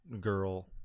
girl